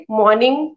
morning